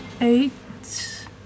eight